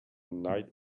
night